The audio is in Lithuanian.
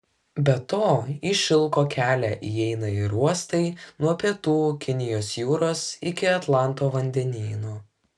be to į šilko kelią įeina ir uostai nuo pietų kinijos jūros iki atlanto vandenyno